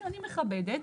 שאני מכבדת,